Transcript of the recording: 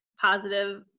positive